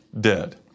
dead